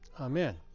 amen